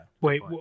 Wait